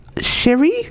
Sherry